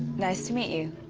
nice to meet you.